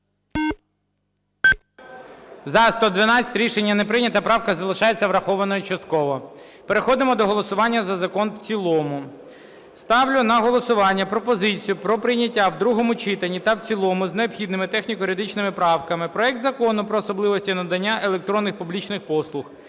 За-112 Рішення не прийнято. Правка залишається врахованою частково. Переходимо до голосування за закон в цілому. Ставлю на голосування пропозицію про прийняття в другому читанні та в цілому з необхідними техніко-юридичними правками проект Закону про особливості надання електронних публічних послуг